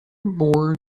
more